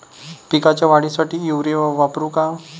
पिकाच्या वाढीसाठी युरिया वापरू का?